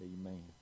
amen